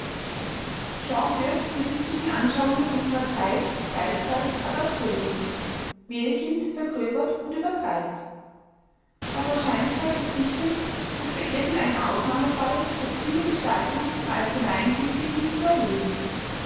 shaw führt die sittlichen anschauungen unserer zeit geistreich ad absurdum wedekind vergröbert und übertreibt auf wahrscheinlichkeit verzichtend sucht er irgendeinen ausnahmefall durch kühne gestaltung zum allgemeingültigen zu erheben